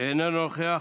איננו נוכח,